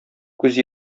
күз